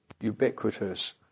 ubiquitous